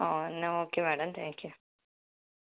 ആ എന്നാൽ okay madam thank you